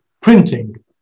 printing